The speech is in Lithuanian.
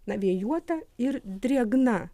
na vėjuota ir drėgna